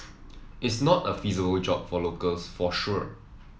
is not a feasible job for locals for sure